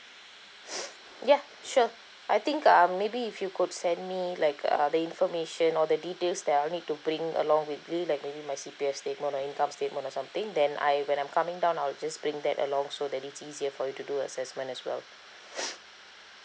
ya sure I think um maybe if you could send me like uh the information all the details that I need to bring along with me like maybe my C_P_F statement or income statement or something then I when I'm coming down I'll just bring that along so that it's easier for you to do assessment as well